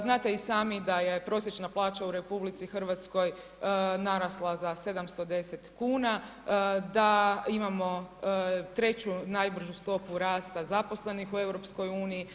Znate i sami da je prosječna plaća u RH narasla za 710 kuna, da imamo 3 najbržu stopu rasta zaposlenih u EU.